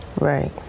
Right